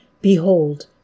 Behold